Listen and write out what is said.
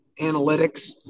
analytics